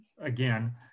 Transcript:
again